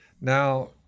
Now